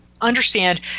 Understand